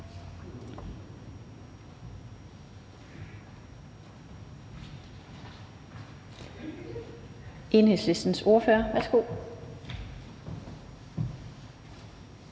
Enhedslistens ordfører. Kl.